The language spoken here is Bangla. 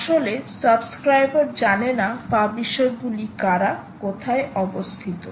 আসলে সাবস্ক্রাইবার জানে না পাবলিশার গুলি কারা কোথায় অবস্থিত